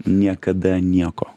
niekada nieko